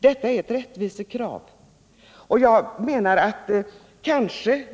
Detta är ett rättvisekrav.